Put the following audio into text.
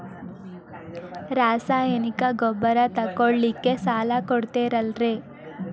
ರಾಸಾಯನಿಕ ಗೊಬ್ಬರ ತಗೊಳ್ಳಿಕ್ಕೆ ಸಾಲ ಕೊಡ್ತೇರಲ್ರೇ?